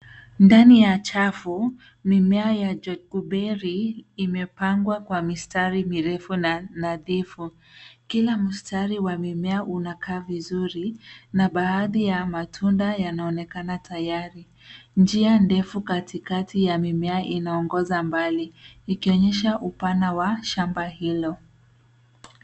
Ndani ya chafu, mimea ya kuberi imepangwa kwa mistari mirefu na nadhifu. Kila mstari wa mimea unakaa vizuri, na baadhi ya matunda yanaonekana tayari. Njia ndefu katikati ya mimea inaongoza mbali ikionyesha upana wa shamba hilo.